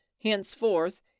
Henceforth